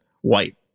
white